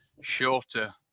shorter